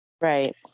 Right